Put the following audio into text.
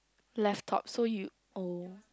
left top so you oh